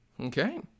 Okay